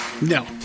No